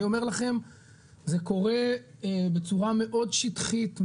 אני אומר לכם שזה קורה בצורה מאוד שטחית,